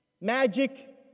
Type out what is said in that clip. magic